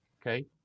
Okay